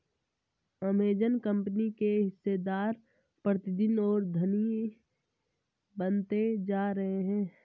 Amazon company के हिस्सेदार प्रतिदिन और धनी बनते जा रहे हैं